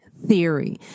Theory